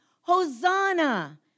Hosanna